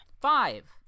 Five